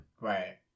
Right